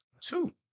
two